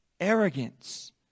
arrogance